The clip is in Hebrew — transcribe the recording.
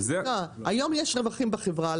רק שנייה, היום יש רווחים בחברה.